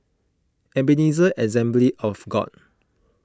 Ebenezer Assembly of God